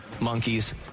monkeys